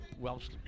Welsh